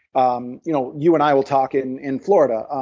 um you know you and i will talk in in florida,